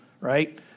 right